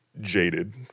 jaded